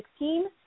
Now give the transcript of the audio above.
2016